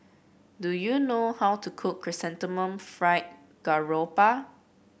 do you know how to cook Chrysanthemum Fried Garoupa